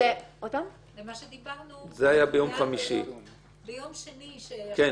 זה מה שדיברנו ביום שני --- זה היה ביום חמישי.